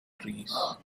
trees